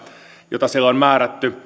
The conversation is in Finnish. joita sille on määrätty